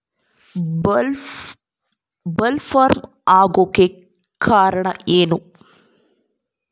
Bollworm ಆಗೋಕೆ ಕಾರಣ ಏನು?